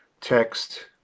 text